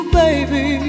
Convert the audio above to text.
baby